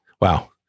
Wow